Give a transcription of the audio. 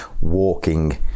Walking